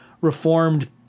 reformed